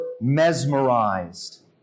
mesmerized